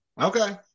Okay